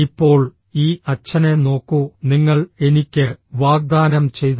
ഇപ്പോൾ ഈ അച്ഛനെ നോക്കൂ നിങ്ങൾ എനിക്ക് വാഗ്ദാനം ചെയ്തു